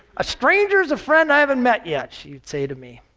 a stranger is a friend i haven't met yet! she'd say to me.